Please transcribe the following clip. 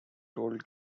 told